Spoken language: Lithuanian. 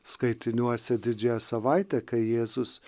skaitiniuose didžiąją savaitę kai jėzus